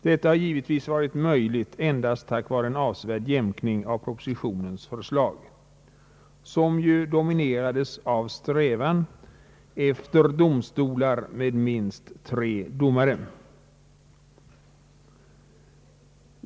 Detta har givetvis varit möjligt endast tack vare en avsevärd jämkning av propositionens förslag, som dominerades av en strävan efter domstolar med minst tre domare.